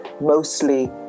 mostly